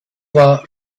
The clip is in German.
war